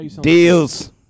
deals